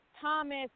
Thomas